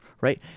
right